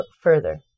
further